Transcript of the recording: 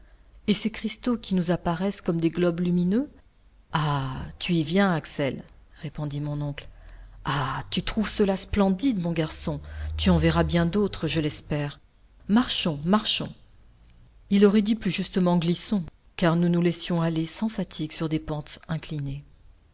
et ces cristaux qui nous apparaissent comme des globes lumineux ah tu y viens axel répondit mon oncle ah tu trouves cela splendide mon garçon tu en verras bien d'autres je l'espère marchons marchons il aurait dit plus justement glissons car nous nous laissions aller sans fatigue sur des pentes inclinées